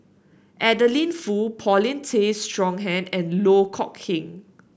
Adeline Foo Paulin Tay Straughan and Loh Kok Heng